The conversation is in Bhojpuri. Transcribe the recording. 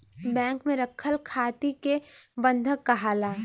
बैंक में रखल थाती के बंधक काहाला